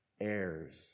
heirs